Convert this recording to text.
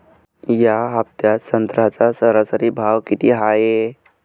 या हफ्त्यात संत्र्याचा सरासरी भाव किती हाये?